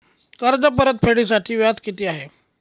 कर्ज परतफेडीसाठी व्याज किती आहे?